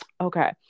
Okay